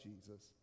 jesus